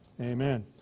Amen